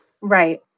Right